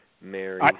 Mary